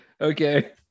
Okay